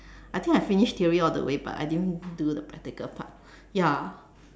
I think I finished theory all the way but I didn't do the practical part ya